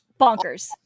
Bonkers